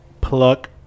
pluck